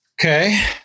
Okay